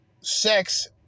sex